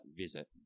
visit